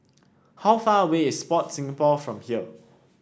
how far away is Sport Singapore from here